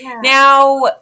Now